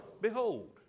Behold